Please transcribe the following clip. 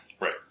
Right